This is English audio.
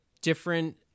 different